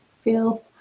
feel